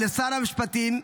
לשר המשפטים,